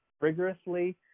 rigorously